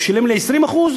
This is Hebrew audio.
הוא שילם לי 20%,